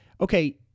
okay